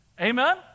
Amen